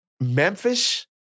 Memphis